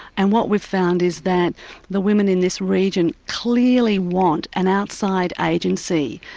and what we've found is that the women in this region clearly want an outside agency,